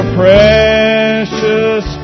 precious